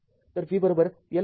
तर v Ldidt आहे